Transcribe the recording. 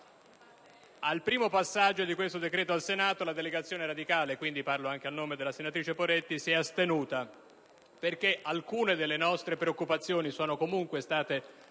Al primo passaggio di questo decreto al Senato, la delegazione radicale (parlo quindi anche a nome della senatrice Poretti) si è astenuta, perché alcune delle nostre preoccupazioni sono state